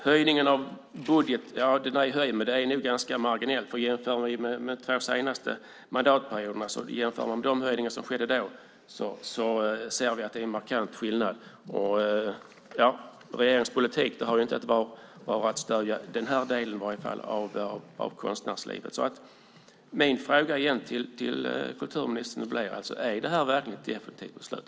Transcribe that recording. Höjningen av budgeten är nog ganska marginell, för jämför vi med de höjningar som skedde de två senaste mandatperioderna ser vi att det är en markant skillnad. Regeringens politik har inte varit att stödja den här delen av konstnärslivet. Min fråga till kulturministern blir återigen: Är det här verkligen ett effektivt beslut?